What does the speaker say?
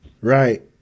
Right